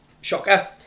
Shocker